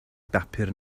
bapur